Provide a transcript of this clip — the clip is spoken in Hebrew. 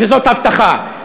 וזאת הבטחה.